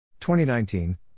2019